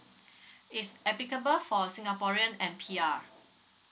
it's applicable for singaporean and P_R